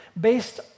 based